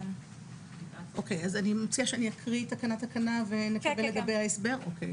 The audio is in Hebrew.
אני אקריא תקנה תקנה ונקבל לגביה הסבר?